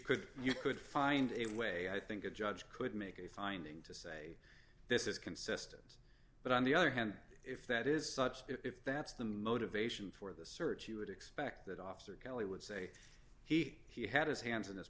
could you could find a way i think a judge could make a finding to say this is consistent but on the other hand if that is if that's the motivation for the search you would expect that officer kelly would say he he had his hands in his